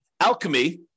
Alchemy